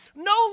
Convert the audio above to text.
No